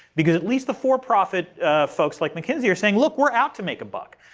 because at least the for-profit folks like mckinsey are saying look we're out to make a buck.